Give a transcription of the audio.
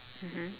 mmhmm